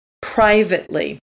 privately